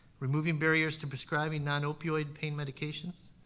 removing barriers to prescribing non-opioid pain medications,